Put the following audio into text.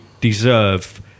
deserve